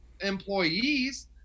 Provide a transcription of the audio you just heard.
employees